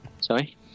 Sorry